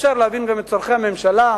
אפשר להבין גם את צורכי הממשלה.